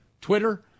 Twitter